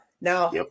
Now